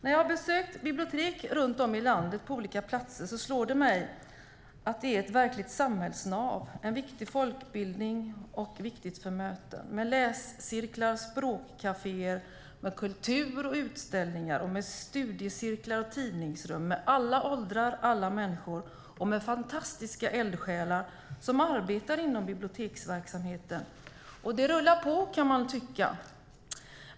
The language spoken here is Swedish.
När jag besökt bibliotek på olika platser runt om i landet har det slagit mig att biblioteket verkligen är ett samhällsnav, ger viktig folkbildning och är viktigt för möten i och med läsecirklar och språkkaféer samt kultur, utställningar, studiecirklar och tidningsrum - för alla åldrar och för alla människor. Fantastiska eldsjälar arbetar inom biblioteksverksamheten. Det rullar på, kan man tycka.